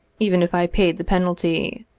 even if i paid the penalty.